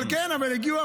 אבל כן, הגיעו.